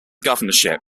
governorship